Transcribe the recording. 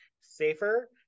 safer